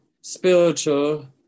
spiritual